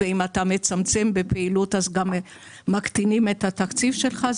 אם אתה מצמצם בפעילות, גם מקטינים את התקציב שלך.